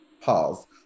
pause